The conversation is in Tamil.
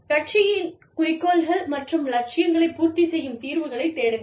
கட்சியின் குறிக்கோள்கள் மற்றும் லட்சியங்களைப் பூர்த்தி செய்யும் தீர்வுகளைத் தேடுங்கள்